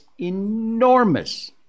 enormous